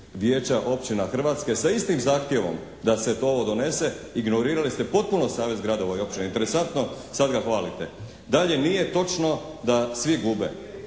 Vijeća općina Hrvatske sa istim zahtjevom da se to donese, ignorirali ste potpuno savez gradova i općina, interesantno sad ga hvalite. Dalje nije točno da svi gube.